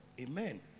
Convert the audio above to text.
Amen